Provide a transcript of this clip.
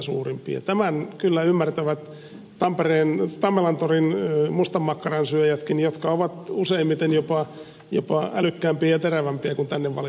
tämän kyllä ymmärtävät tammelantorin mustanmakkaransyöjätkin jotka ovat useimmiten jopa älykkäämpiä ja terävämpiä kuin tänne valitut edustajat